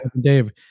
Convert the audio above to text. Dave